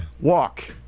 Walk